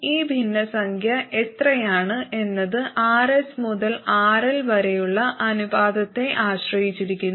ഈ ഭിന്നസംഖ്യ എത്രയാണ് എന്നത് RS മുതൽ RL വരെയുള്ള അനുപാതത്തെ ആശ്രയിച്ചിരിക്കുന്നു